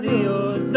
Dios